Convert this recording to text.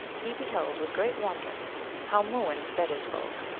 he beheld with great wonder how mooin fed his folk.